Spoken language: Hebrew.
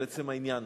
על עצם העניין,